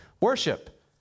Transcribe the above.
worship